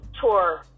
tour